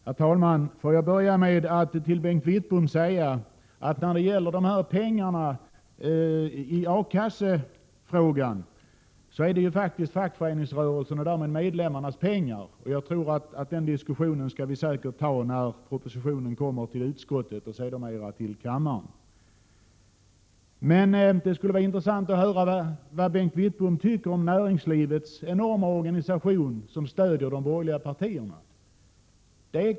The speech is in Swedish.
Herr talman! Låt mig börja med att till Bengt Wittbom säga att pengarna i A-kassefrågan faktiskt är fackföreningsrörelsens och därmed medlemmarnas. Den diskussionen tycker jag vi kan ta när propositionen kommer till utskottet och sedermera till kammaren. Däremot skulle det vara intressant att höra vad Bengt Wittbom tycker om näringslivets organisationers enorma stöd till de borgerliga parterna.